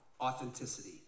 authenticity